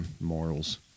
Morals